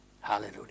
Hallelujah